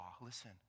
listen